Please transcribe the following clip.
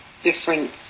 different